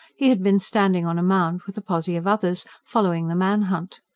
he had been standing on a mound with a posse of others, following the man-hunt.